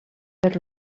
per